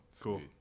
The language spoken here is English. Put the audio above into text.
Cool